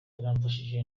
yaramfashije